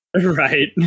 right